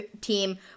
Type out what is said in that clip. team